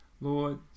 Lord